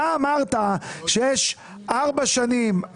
אתה אמרת שיש ארבע שנים,